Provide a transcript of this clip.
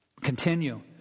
Continue